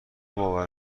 باور